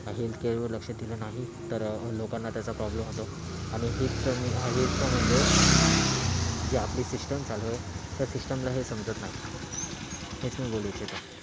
हेल्थकेअरवर लक्ष दिलं नाही तर लोकांना त्याचा प्रॉब्लेम होतो आणि ती आपली सिस्टम चालवेल सिस्टमला हे समजत नाही हेच मी बोलू इच्छितो